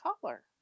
color